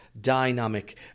dynamic